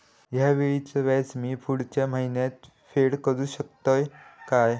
हया वेळीचे व्याज मी पुढच्या महिन्यात फेड करू शकतय काय?